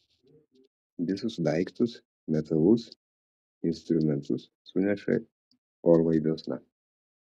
visus daiktus metalus instrumentus suneša orlaiviuosna